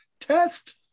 test